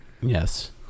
Yes